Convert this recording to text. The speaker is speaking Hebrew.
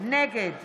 נגד